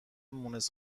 مونس